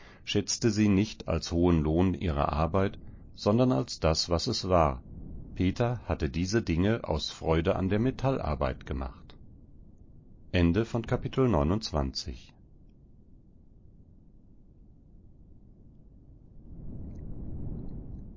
schätzte sie nicht als hohen lohn ihrer arbeit sondern als das was es war peter hatte diese dinge aus freude an der metallarbeit gemacht